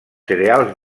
cereals